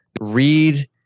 read